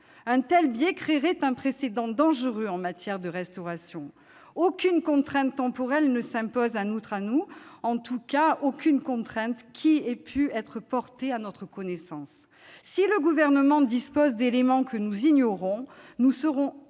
Un tel biais créerait un précédent dangereux en matière de restauration. Aucune contrainte temporelle ne s'impose en outre à nous, en tout cas aucune contrainte qui ait été portée à notre connaissance. Si le Gouvernement dispose d'éléments que nous ignorons, nous serions